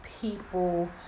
people